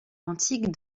antique